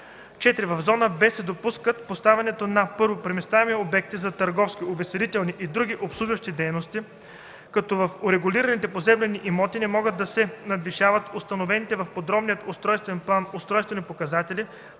„(4) В зона „Б” се допуска поставянето на: 1. преместваеми обекти за търговски, увеселителни и други обслужващи дейности, като в урегулираните поземлени имоти не могат да се надвишават установените в подробния устройствен план устройствени показатели